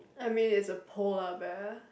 I mean it's a polar bear